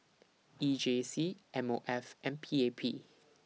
E J C M O F and P A P